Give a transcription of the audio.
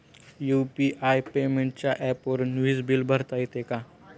UPI पेमेंटच्या ऍपवरुन वीज बिल भरता येते का?